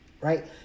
right